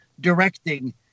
directing